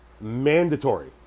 Mandatory